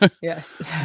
Yes